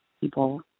people